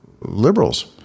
liberals